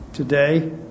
Today